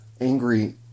angry